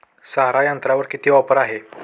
सारा यंत्रावर किती ऑफर आहे?